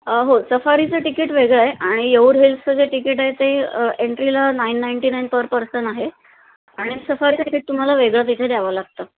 हो सफारीचं तिकीट वेगळं आहे आणि येऊर हिल्सं जे तिकीट आहे ते एन्ट्रीला nine ninety nine per person आहे आणि सफारी तिकीट तुम्हाला वेगळं तिथे द्यावं लागतं